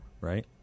right